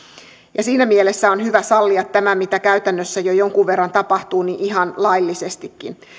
ja siinä mielessä on hyvä sallia tämä mitä käytännössä jo jonkun verran tapahtuu ihan laillisestikin